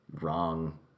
wrong